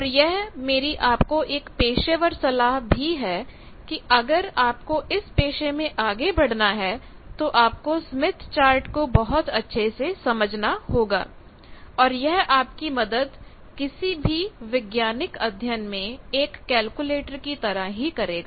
और यह मेरी आपको एक पेशेवर सलाह दी है कि अगर आपको इस पेशे में आगे बढ़ना है तो आपको स्मिथ चार्ट को बहुत अच्छे से समझना होगा और यह आपकी मदद किसी भी वैज्ञानिक अध्ययन में एक केलकुलेटर की तरह ही करेगा